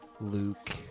Luke